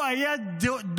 הוא היה דואג